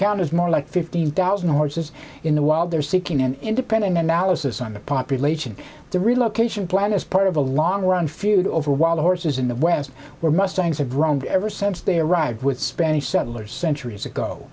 count as more like fifteen thousand horses in the wild they're seeking an independent analysis on the population the relocation plan as part of a long run feud over wild horses in the west where mustangs have roamed ever since they arrived with spanish settlers centuries ago